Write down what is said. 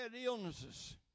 illnesses